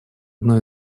одно